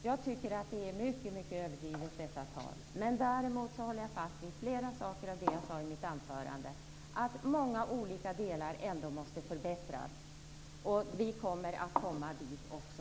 Jag tycker att detta tal är mycket överdrivet. Jag håller ändå fast vid flera saker som jag sade i mitt anförande, att många olika delar måste förbättras. Vi kommer att komma dit också.